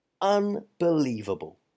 unbelievable